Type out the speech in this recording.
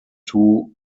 two